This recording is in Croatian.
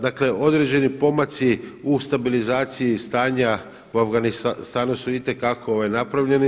Dakle određeni pomaci u stabilizaciji stanja u Afganistanu su itekako napravljeni.